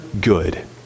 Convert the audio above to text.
good